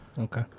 Okay